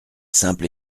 simple